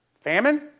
Famine